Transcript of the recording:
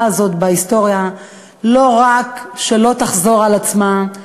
הזאת בהיסטוריה לא רק שלא תחזור על עצמה,